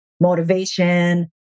motivation